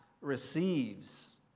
receives